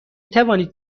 توانید